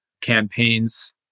campaigns